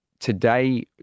Today